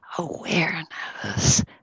Awareness